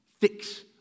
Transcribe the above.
Fix